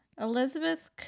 Elizabeth